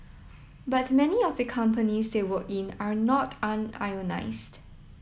but many of the companies they work in are not unionised